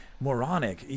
moronic